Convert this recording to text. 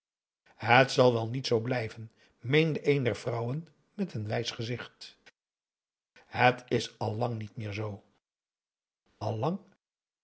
het zal wel niet zoo blijven meende een der vrouwen met een wijs gezicht et is al niet meer zoo